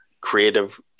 creative